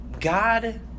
God